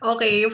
Okay